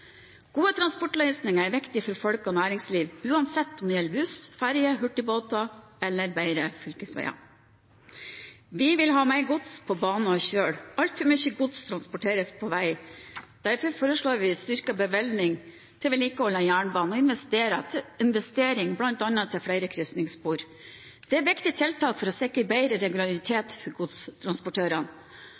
Gode transportløsninger er viktig for folk og næringsliv uansett om det gjelder busser, ferjer, hurtigbåter eller bedre fylkesveier. Vi vil ha mer gods på bane og kjøl. Altfor mye gods transporteres på vei. Derfor foreslår vi styrket bevilgning til vedlikehold av jernbanen og investeringer i bl.a. flere krysningsspor. Det er viktige tiltak for å sikre bedre regularitet for godstransportørene.